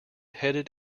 headed